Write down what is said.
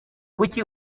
kuki